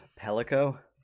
Pelico